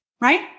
right